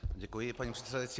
Děkuji, paní předsedající.